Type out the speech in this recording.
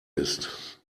ist